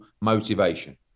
motivation